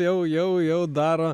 jau jau jau daro